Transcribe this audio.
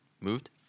moved